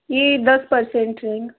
यह दस पर्सेन्ट है